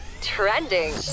trending